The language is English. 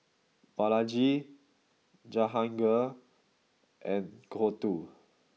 Balaji Jahangir and Gouthu